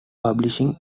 publishing